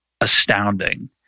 astounding